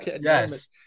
Yes